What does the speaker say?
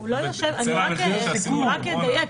אני אדייק.